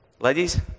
Ladies